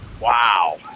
Wow